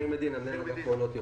מנהל אגף מענות יום.